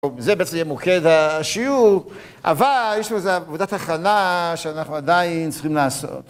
זה בעצם יהיה מוקד השיעור, אבל יש לנו עבודת הכנה שאנחנו עדיין צריכים לעשות.